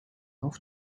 auf